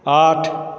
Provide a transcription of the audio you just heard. आठ